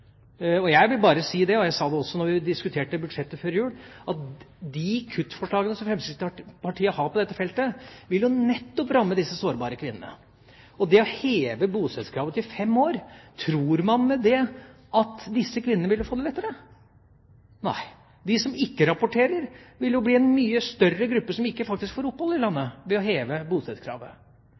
Jeg vil bare si – jeg sa det også da vi diskuterte budsjettet før jul – at de kuttforslagene som Fremskrittspartiet har på dette feltet, vil nettopp ramme disse sårbare kvinnene. Tror man at disse kvinnene ville få det lettere hvis man hever bostedskravet til fem år? Nei, hvis en hever bostedskravet, vil de som ikke rapporterer, bli en mye større gruppe, som faktisk ikke får opphold i landet.